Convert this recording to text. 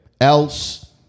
Else